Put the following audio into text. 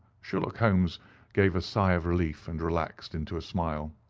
sherlock holmes gave a sigh of relief, and relaxed into a smile.